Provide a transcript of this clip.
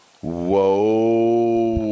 Whoa